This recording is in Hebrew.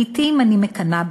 // לעתים אני מקנאה